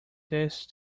this